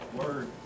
word